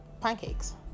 Pancakes